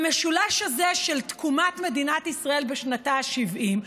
במשולש הזה של תקומת מדינת ישראל בשנתה ה-70,